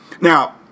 Now